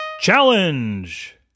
Challenge